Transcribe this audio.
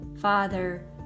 Father